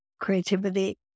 creativity